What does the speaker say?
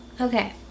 Okay